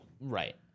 Right